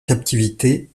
captivité